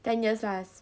ten years lah